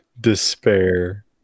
despair